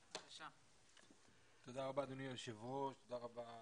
תודה רבה, אדוני היושב ראש, תודה רבה